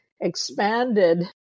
expanded